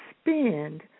spend